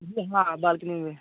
जी हाँ बालकनी में